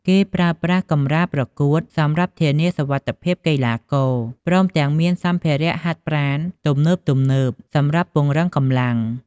គេប្រើប្រាស់កម្រាលប្រកួត សម្រាប់ធានាសុវត្ថិភាពកីឡាករ ព្រមទាំងមានសម្ភារៈហាត់ប្រាណទំនើបៗសម្រាប់ពង្រឹងកម្លាំង។